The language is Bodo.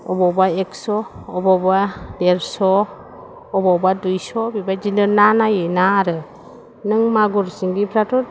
अबावबा एक्स' अबावबा देरस' अबावबा दुइस' बेबायदिनो ना नायै ना आरो नों मागुर सिंगिफ्राथ'